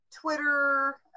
Twitter